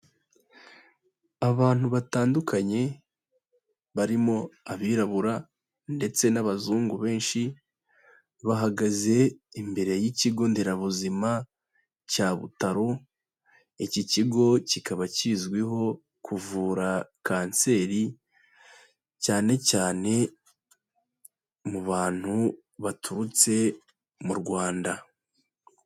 Abantu batandukanye, barimo abirabura ndetse n'abazungu benshi, bahagaze imbere y'ikigo nderabuzima cya Butaro, iki kigo, kikaba kizwiho kuvura kanseri, cyane cyane mu bantu baturutse mu Rwanda.